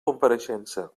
compareixença